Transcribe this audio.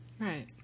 right